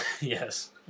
Yes